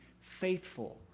faithful